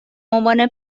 عنوان